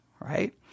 right